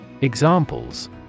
Examples